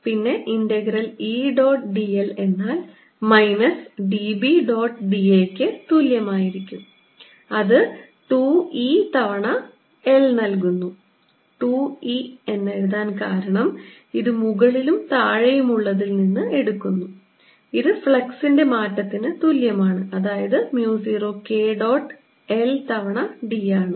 പിന്നെ integral E dot d l എന്നാൽ minus d B d t dot d a യ്ക്ക് തുല്യമായിരിക്കും അത് 2 E തവണ l നൽകുന്നു 2 എന്നെഴുതാൻ കാരണം ഇത് മുകളിലും താഴെയുമുള്ളതിൽ നിന്ന് എടുക്കുന്നു ഇത് ഫ്ലക്സിലെ മാറ്റത്തിന് തുല്യമാണ് അതായത് mu 0 K ഡോട്ട് l തവണ d ആണ്